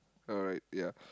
alright ya